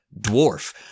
Dwarf